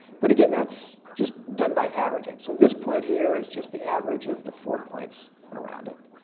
but again, that's just done by averaging. so this point here is just the average of the four points around it.